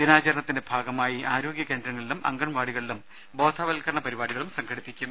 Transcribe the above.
ദിനാചരണത്തിന്റെ ഭാഗമായി ആരോഗ്യ കേന്ദ്രങ്ങളിലും അംഗൺവാടികളിലും ബോധവൽക്കരണ പരിപാടികളും നടക്കും